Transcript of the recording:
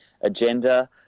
agenda